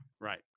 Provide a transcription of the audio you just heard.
Right